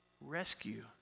rescue